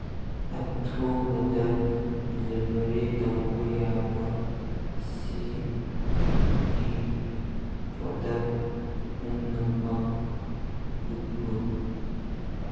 ꯑꯊꯨꯕꯗ ꯗꯤꯂꯤꯚꯔꯤ ꯇꯧꯕ ꯌꯥꯕ ꯁꯤꯙꯤꯒꯤ ꯄ꯭ꯔꯗꯛ ꯄꯨꯝꯅꯃꯛ ꯎꯠꯂꯨ